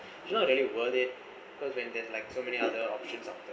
it's not really worth it cause when there's like so many other options out there